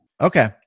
Okay